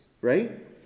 Right